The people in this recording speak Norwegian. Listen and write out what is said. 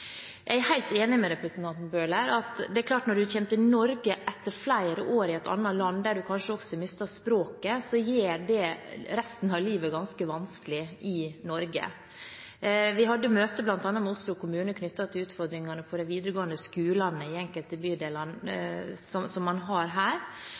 Jeg er helt enig med representanten Bøhler i at når man kommer til Norge etter flere år i et annet land, der man kanskje også har mistet språket, gjør det resten av livet i Norge ganske vanskelig. Vi hadde møte med bl.a. Oslo kommune om utfordringene på de videregående skolene i enkelte